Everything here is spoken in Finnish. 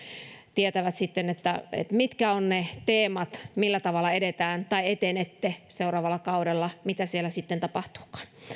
tietävät sitten mitkä ovat ne teemat millä tavalla edetään tai etenette seuraavalla kaudella mitä siellä sitten tapahtuukaan